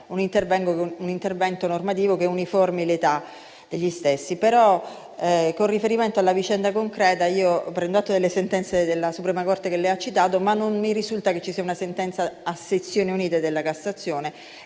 un intervento normativo che uniformi l'età degli stessi. Con riferimento alla vicenda concreta, però, prendo atto delle sentenze della Suprema corte che lei ha citato, ma non mi risulta che ci sia una sentenza a sezioni unite della Cassazione.